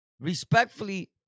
Respectfully